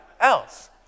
else